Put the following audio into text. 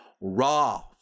Raw